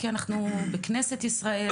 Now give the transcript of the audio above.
כי אנחנו בכנסת ישראל,